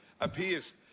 appears